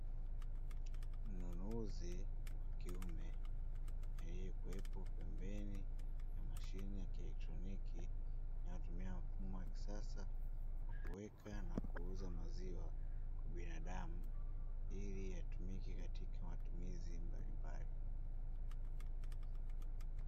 Mnunuzi wa kiume aliyekuwepo pembeni ya mashine ya kielektroniki, inayotumika mfumo wa kisasa wa kuweka na kuuza maziwa kwa binadamu, ili yatumike katika matumizi mbalimbali.